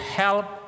help